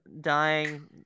dying